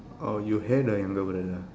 orh you had a younger brother ah